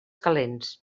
calents